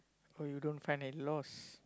oh you don't find a loss